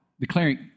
Declaring